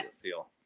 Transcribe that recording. feel